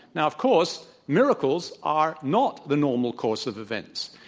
now, of course, miracles are not the normal course of events.